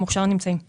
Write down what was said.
המוכשר נמצאים בפנים.